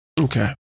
okay